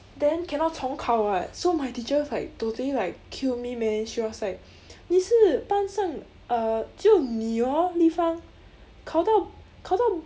then cannot 重考 [what] so my teacher was like totally like kill me man she was like 你是班上 uh 只有你 hor li fang 考到考到